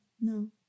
no